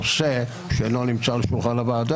נעשה, ברור, לא הבנתי.